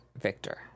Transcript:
Victor